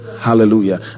Hallelujah